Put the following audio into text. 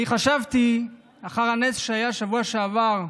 אני חשבתי, אחר הנס שהיה בשבוע שעבר,